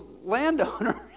landowner